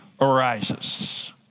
arises